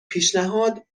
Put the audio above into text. پیشنهاد